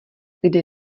kde